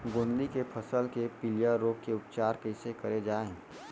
गोंदली के फसल के पिलिया रोग के उपचार कइसे करे जाये?